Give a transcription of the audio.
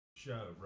show